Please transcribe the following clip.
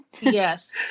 Yes